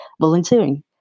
volunteering